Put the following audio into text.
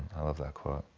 i love that quote.